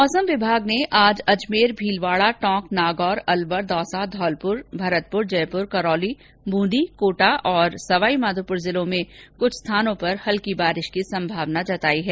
मौसम विभाग ने आज अजमेर भीलवाड़ा टोंक नागौर अलवर दौसा धौलपुर भरतपुर जयपुर करौली बूंदी कोटा और सवाई माधोपुर जिलों में कुछ स्थानों पर हल्की बारिश की संभावना जताई है